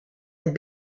had